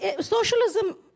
socialism